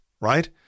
right